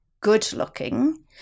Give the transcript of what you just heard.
good-looking